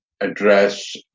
address